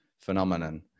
phenomenon